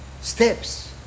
steps